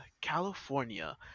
california